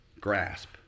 grasp